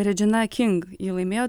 redžina king ji laimėjo